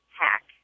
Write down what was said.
hack